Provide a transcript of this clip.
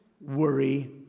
worry